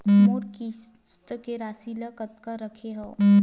मोर किस्त के राशि ल कतका रखे हाव?